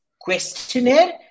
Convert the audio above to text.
questionnaire